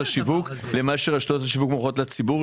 השיווק ובין מה שרשתות השיווק מוכרות לציבור.